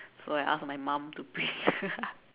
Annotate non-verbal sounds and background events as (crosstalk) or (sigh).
so I ask from my mum to print (laughs)